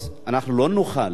אנחנו לא נוכל להשלים